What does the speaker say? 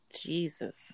Jesus